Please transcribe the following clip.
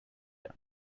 them